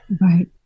Right